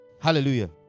Hallelujah